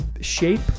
shape